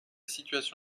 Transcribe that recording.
situation